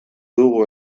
dugu